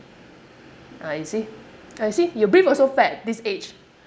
ah you see ah you see you breathe also fat this age